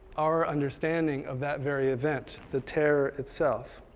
our understanding of that very event, the terror itself.